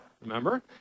remember